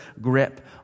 grip